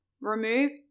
Remove